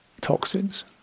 toxins